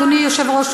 אדוני היושב-ראש,